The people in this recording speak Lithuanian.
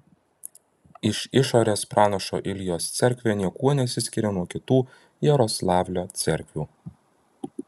iš išorės pranašo iljos cerkvė niekuo nesiskiria nuo kitų jaroslavlio cerkvių